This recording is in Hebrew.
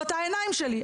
ואתה העיניים שלי.